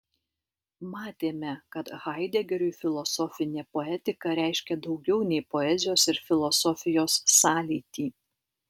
matėme kad haidegeriui filosofinė poetika reiškia daugiau nei poezijos ir filosofijos sąlytį